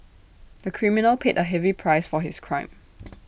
the criminal paid A heavy price for his crime